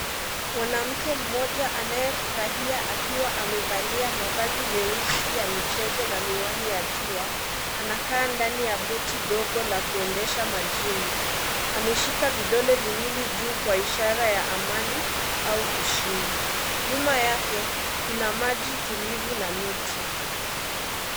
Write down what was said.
Mwanamke mmoja anayefurahia akiwa amevalia mavazi meusi ya michezo na miwani ya jua , anakaa ndani ya boti ndogo la kuendesha majini. Ameshika vidole viwili juu kwa ishara ya amani au ushindi . Nyuma yake kuna maji tulivu na miti.